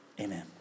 amen